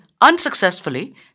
unsuccessfully